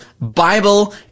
Bible